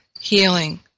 healing